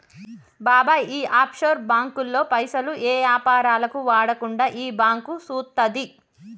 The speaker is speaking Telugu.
బాబాయ్ ఈ ఆఫ్షోర్ బాంకుల్లో పైసలు ఏ యాపారాలకు వాడకుండా ఈ బాంకు సూత్తది